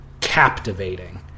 captivating